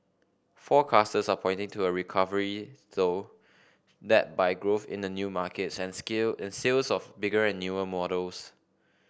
forecasters are pointing to a recovery though led by growth in new markets and skill and sales of bigger and newer models